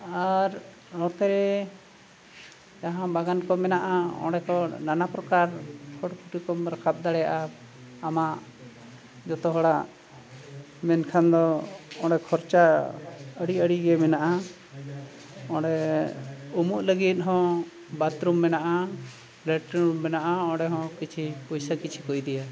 ᱟᱨ ᱱᱚᱛᱮᱨᱮ ᱡᱟᱦᱟᱸ ᱵᱟᱜᱟᱱ ᱠᱚ ᱢᱮᱱᱟᱜᱼᱟ ᱚᱸᱰᱮ ᱠᱚ ᱱᱟᱱᱟ ᱯᱨᱚᱠᱟᱨ ᱯᱷᱚᱴᱚ ᱠᱚᱢ ᱨᱟᱠᱟᱵ ᱫᱟᱲᱮᱭᱟᱜᱼᱟ ᱟᱢᱟᱜ ᱡᱚᱛᱚ ᱦᱚᱲᱟᱜ ᱢᱮᱱᱠᱷᱟᱱ ᱫᱚ ᱚᱸᱰᱮ ᱠᱷᱚᱨᱪᱟ ᱟᱹᱰᱤ ᱟᱹᱰᱤᱜᱮ ᱢᱮᱱᱟᱜᱼᱟ ᱚᱸᱰᱮ ᱩᱢᱩᱜ ᱞᱟᱹᱜᱤᱫ ᱦᱚᱸ ᱵᱟᱛᱷᱨᱩᱢ ᱢᱮᱱᱟᱜᱼᱟ ᱞᱮᱴᱨᱤᱱ ᱢᱮᱱᱟᱜᱼᱟ ᱚᱸᱰᱮᱦᱚᱸ ᱠᱤᱪᱷᱩ ᱯᱚᱭᱥᱟ ᱠᱤᱪᱷᱩ ᱠᱚ ᱤᱫᱤᱭᱟ